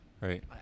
Right